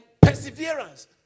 perseverance